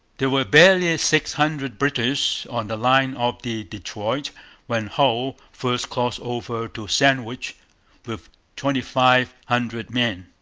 there were barely six hundred british on the line of the detroit when hull first crossed over to sandwich with twenty-five hundred men.